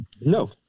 No